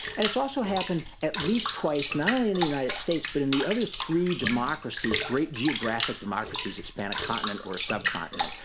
and it's also happened at least twice, not only in the united states, but in the other three democracies, great geographic democracies that span a continent or subcontinent,